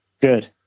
good